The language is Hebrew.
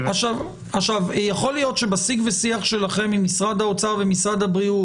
יכול להיות שבשיג ושיח שלכם עם משרד האוצר ומשרד הבריאות